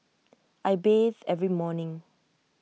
I bathe every morning